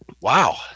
Wow